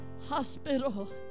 hospital